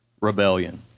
rebellion